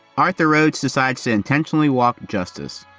arthur rhodes decides to intentionally walk justice.